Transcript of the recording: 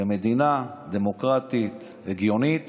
במדינה דמוקרטית הגיונית